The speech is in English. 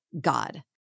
God